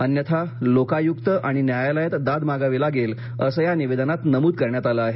अन्यथा लोकायुक्त आणि न्यायालयात दाद मागावी लागेल असे या निवेदनात नमुद करण्यात आल आहे